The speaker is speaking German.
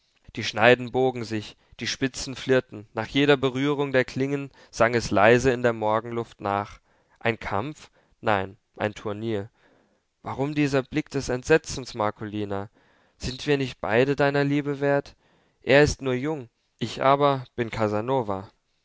die schneiden bogen sich die spitzen flirrten nach jeder berührung der klingen sang es leise in der morgenluft nach ein kampf nein ein turnier warum dieser blick des entsetzens marcolina sind wir nicht beide deiner liebe wert er ist nur jung ich aber bin casanova